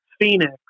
Phoenix